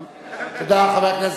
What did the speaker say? תודה רבה.